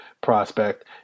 prospect